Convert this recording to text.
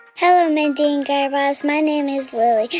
hello, mindy and guy raz. my name is lily.